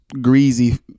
greasy